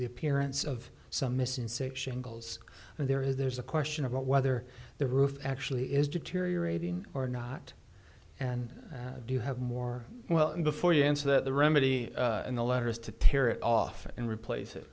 the appearance of some missing six shingles and there is there's a question of whether the roof actually is deteriorating or not and do you have more well before you answer that the remedy in the letter is to tear it off and replace it